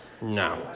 No